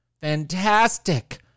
fantastic